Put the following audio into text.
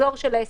המחזור של העסק.